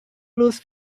lose